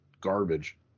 garbage